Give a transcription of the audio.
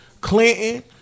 Clinton